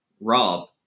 Rob